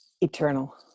eternal